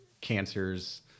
cancers